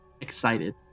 Excited